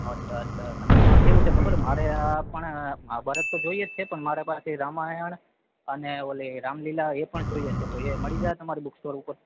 અચ્છા અચ્છા અને એમાં કેવું છે ખબર મારે આ પણ મહાભારત તો જોઈએ જ છે પણ મારે પાછી રામાયણ મને ઓલી રામલીલા એ પણ જોઈએ છે તો એ મળી જશે તમારી બુક સ્ટોર ઉપર